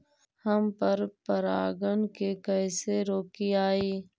हम पर परागण के कैसे रोकिअई?